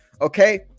Okay